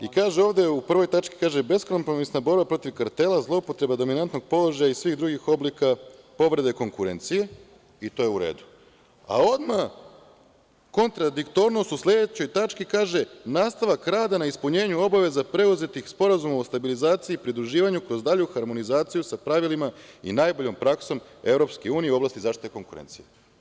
U prvoj tački kaže - bez kompromisna borba protiv kartela, zloupotreba dominantnog položaja i svih drugih oblika povrede konkurencije, i to je uredu, a odmah kontradiktornost u sledećoj tački gde kaže - nastavak rada na ispunjenju obaveza preuzetih iz Sporazuma o stabilizaciji pridruživanju, kroz dalju harmonizaciju sa pravilima i najboljom praksom EU u oblasti zaštite konkurencije.